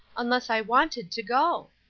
unless i wanted to go.